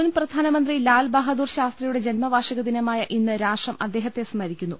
മുൻ പ്രധാനമന്ത്രി ലാൽ ബഹദൂർ ശാസ്ത്രിയുടെ ജന്മ വാർഷികദിനമായ ഇന്ന് രാഷ്ട്രം അദ്ദേഹത്തെ സ്മരിക്കു ന്നു